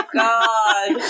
god